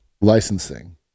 licensing